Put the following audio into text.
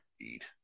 Eat